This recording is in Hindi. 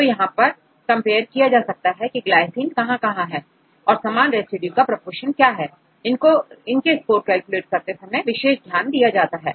तो यहां यह कंपेयर किया जा सकता है कि ग्लाइसिन कहां कहां है और समान रेसिड्यू का प्रोपोशन क्या है इनको स्कोर कैलकुलेट करते समय विशेष ध्यान दिया जाता है